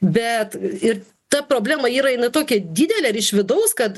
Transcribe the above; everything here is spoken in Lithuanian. bet ir ta problema yra jinai tokia didelė ir iš vidaus kad